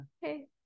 hey